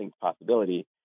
possibility